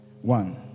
One